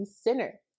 Center